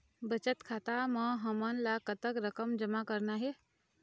बचत खाता म हमन ला कतक रकम जमा करना हे?